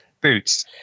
Boots